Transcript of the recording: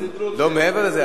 לא מעבר לזה.